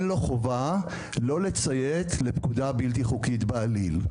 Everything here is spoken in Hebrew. לו חובה לא לציית לפקודה בלתי חוקית בעליל.